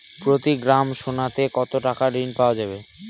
প্রতি গ্রাম সোনাতে কত টাকা ঋণ পাওয়া যাবে?